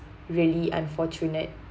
really unfortunate